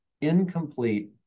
incomplete